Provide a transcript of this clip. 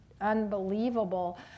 unbelievable